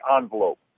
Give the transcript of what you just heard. envelope